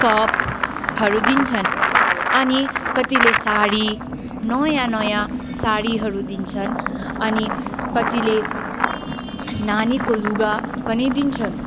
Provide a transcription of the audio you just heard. कपहरू दिन्छन् अनि कतिले सारी नयाँ नयाँ सारीहरू दिन्छन् अनि कतिले नानीको लुगा पनि दिन्छन्